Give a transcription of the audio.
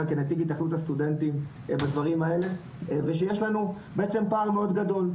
כנציג התאחדות הסטודנטים בדברים האלה ושיש לנו בעצם פער מאוד גדול,